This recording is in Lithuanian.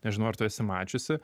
nežinau ar tu esi mačiusi